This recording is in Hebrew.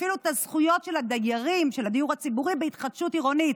אפילו את הזכויות של הדיירים של הדיור הציבור בהתחדשות העירונית.